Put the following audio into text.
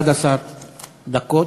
11 דקות.